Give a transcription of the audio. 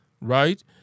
right